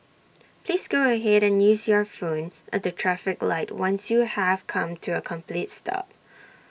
please go ahead and use your phone at the traffic light once you have come to A complete stop